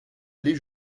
aller